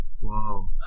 wow